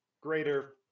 greater